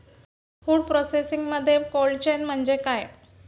Food प्रोसेसिंगमध्ये cold chain म्हणजे काय?